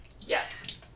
yes